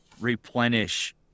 replenish